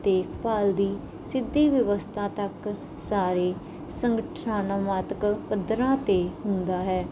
ਦੇਖਭਾਲ ਦੀ ਸਿੱਧੀ ਵਿਵਸਥਾ ਤੱਕ ਸਾਰੇ ਸੰਗਠਨਾਤਮਕ ਪੱਧਰਾਂ 'ਤੇ ਹੁੰਦਾ ਹੈ